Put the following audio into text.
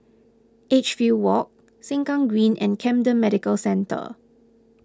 Edgefield Walk Sengkang Green and Camden Medical Centre